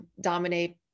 dominate